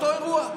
אותו אירוע,